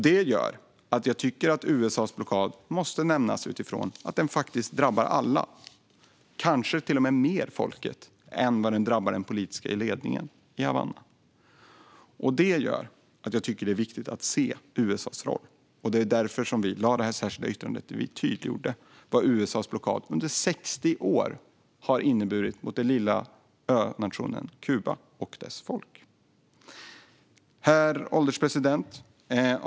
Det gör att jag tycker att USA:s blockad måste nämnas utifrån att den drabbar alla. Kanske drabbar den till och med folket mer än den politiska ledningen i Havanna. Det gör att jag tycker att det är viktigt att se USA:s roll, och det är därför vi har lagt fram det särskilda yttrandet där vi tydliggör vad USA:s 60 år långa blockad har inneburit för den lilla önationen Kuba och dess folk. Herr ålderspresident!